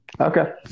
Okay